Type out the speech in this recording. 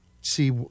see